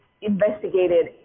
investigated